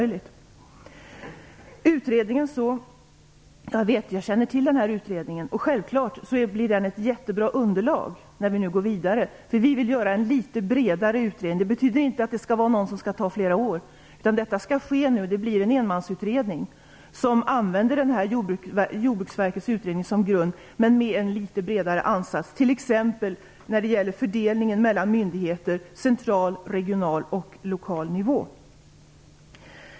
Jag känner till den här utredningen. Självfallet blir den ett jättebra underlag när vi nu går vidare. Vi vill göra en litet bredare utredning. Det betyder inte att den skall ta flera år. Den skall ske nu. Det blir en enmansutredning som använder Jordbruksverkets utredning som grund men har en litet bredare ansats, t.ex. när det gäller fördelningen mellan myndigheter på central, regional och lokal nivå.